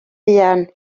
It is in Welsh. fuan